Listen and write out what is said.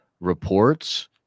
reports